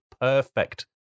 perfect